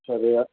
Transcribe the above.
சரி